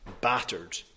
battered